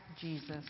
Jesus